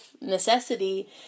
necessity